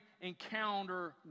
encounter